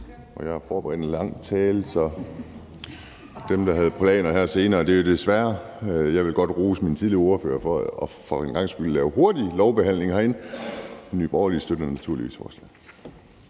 Jeg har forberedt en lang tale, desværre for dem, der havde planer her senere. Jeg vil godt rose de tidligere ordførere for for en gangs skyld at lave hurtig lovbehandling herinde. Nye Borgerlige støtter naturligvis forslaget.